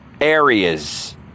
areas